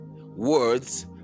words